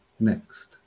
Next